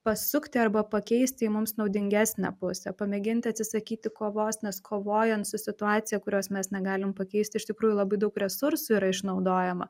pasukti arba pakeisti į mums naudingesnę pusę pamėginti atsisakyti kovos nes kovojant su situacija kurios mes negalim pakeist iš tikrųjų labai daug resursų yra išnaudojama